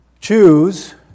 Choose